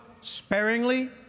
sparingly